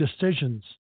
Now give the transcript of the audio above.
decisions